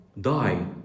die